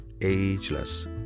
ageless